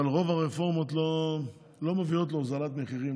אבל רוב הרפורמות לא מביאות להורדת מחירים,